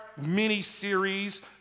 mini-series